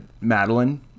madeline